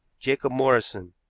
jacob morrison,